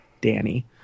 Danny